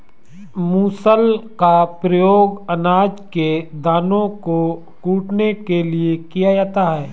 मूसल का प्रयोग अनाज के दानों को कूटने के लिए किया जाता है